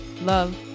love